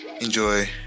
enjoy